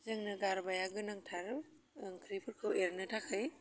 जोंनो गारबाया गोनांथार ओंख्रिफोरखौ एरनो थाखाय